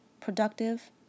productive